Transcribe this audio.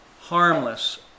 harmless